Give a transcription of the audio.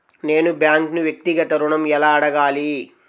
నేను బ్యాంక్ను వ్యక్తిగత ఋణం ఎలా అడగాలి?